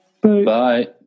Bye